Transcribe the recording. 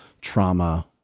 trauma